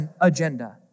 agenda